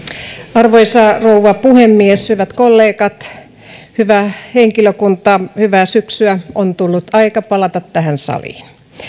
arvoisa rouva puhemies hyvät kollegat hyvä henkilökunta hyvää syksyä on tullut aika palata tähän saliin